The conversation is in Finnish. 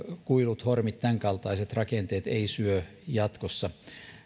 kuilut hormit ja tämänkaltaiset rakenteet eivät syö jatkossa